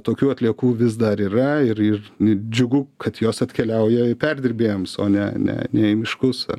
tokių atliekų vis dar yra ir ir džiugu kad jos atkeliauja į perdirbėjams o ne ne ne į miškus ar